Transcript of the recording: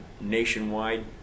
nationwide